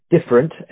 different